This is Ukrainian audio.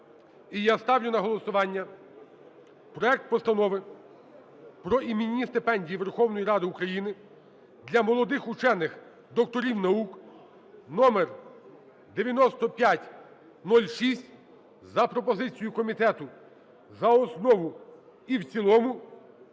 І я ставлю на голосування проект Постанови про іменні стипендії Верховної Ради України для молодих учених - докторів наук (номер 9506) за пропозицією комітету за основу і в цілому.